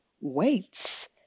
Weights